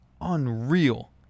unreal